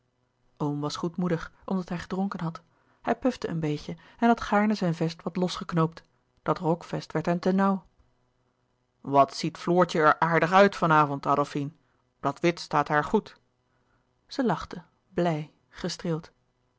was goedmoedig omdat hij gedronken had hij pufde een beetje en had gaarne zijn vest wat losgeknoopt dat rokvest werd hem te nauw louis couperus de boeken der kleine zielen wat ziet floortje er aardig uit van avond adolfine dat wit staat haar goed zij lachte blij gestreeld